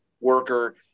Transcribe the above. worker